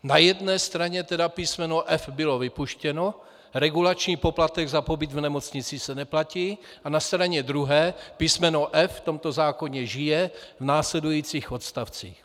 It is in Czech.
Na jedné straně tedy písmeno f) bylo vypuštěno, regulační poplatek za pobyt v nemocnici se neplatí, a na straně druhé písmeno f) v tomto zákoně žije, v následujících odstavcích.